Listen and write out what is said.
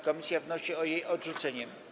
Komisja wnosi o jej odrzucenie.